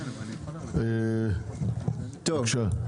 בבקשה, חבר הכנסת אוהד טל.